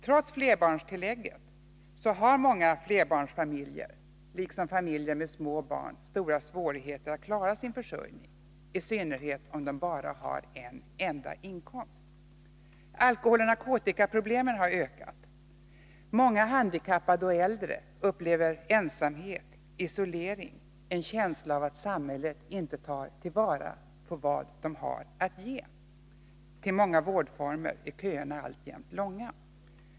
Trots flerbarnstillägget har många flerbarns familjer, liksom familjer med små barn, stora svårigheter att klara sin försörjning, i synnerhet om de bara har en enda inkomst. Alkoholoch narkotikaproblemen har ökat. Många handikappade och äldre upplever ensamhet, isolering och att samhället inte tar till vara vad de har att ge. Till "många vårdformer är köerna alljämt långa.